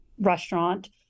restaurant